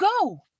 go